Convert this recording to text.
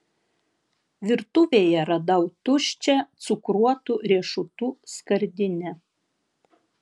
virtuvėje radau tuščią cukruotų riešutų skardinę